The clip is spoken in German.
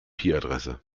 adresse